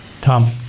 Tom